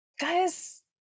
guys